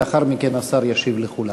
לאחר מכן השר ישיב לכולם.